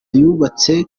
yubatse